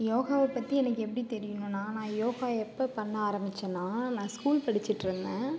யோகாவை பற்றி எனக்கு எப்படி தெரியுன்னா நான் யோகா எப்போ பண்ண ஆரமிச்சேனா நான் ஸ்கூல் படிச்சுட்டுருந்தேன்